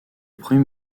premier